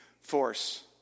force